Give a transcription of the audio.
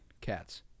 cats